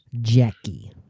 jackie